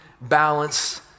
balance